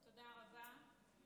תודה רבה.